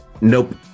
nope